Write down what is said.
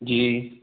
ਜੀ